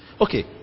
Okay